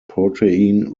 protein